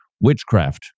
Witchcraft